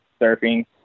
surfing